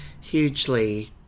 hugely